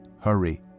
Hurry